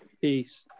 Peace